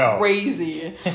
crazy